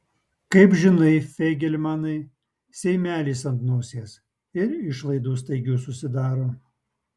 kaip žinai feigelmanai seimelis ant nosies ir išlaidų staigių susidaro